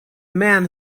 man